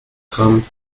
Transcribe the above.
gramm